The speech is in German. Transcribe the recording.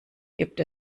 gibt